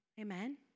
Amen